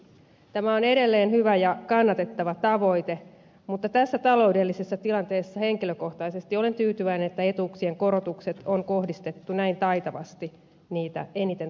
tämä on edelleen hyvä ja kannatettava tavoite mutta tässä taloudellisessa tilanteessa henkilökohtaisesti olen tyytyväinen että etuuksien korotukset on kohdistettu näin taitavasti niitä eniten tarvitseville